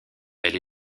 elle